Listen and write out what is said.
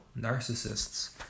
narcissists